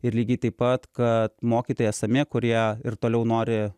ir lygiai taip pat kad mokytojai esami kurie ir toliau nori